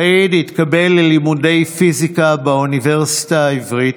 סעיד התקבל ללימודי פיזיקה באוניברסיטה העברית,